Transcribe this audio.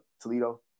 Toledo